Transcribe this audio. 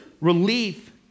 relief